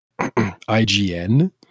IGN